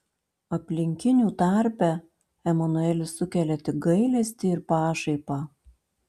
aplinkinių tarpe emanuelis sukelia tik gailestį ir pašaipą